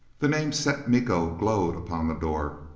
the name set miko glowed upon the door.